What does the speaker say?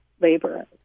labor